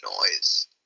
noise